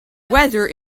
weather